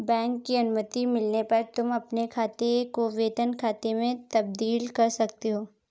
bank की अनुमति मिलने पर तुम अपने खाते को वेतन खाते में तब्दील कर सकते हो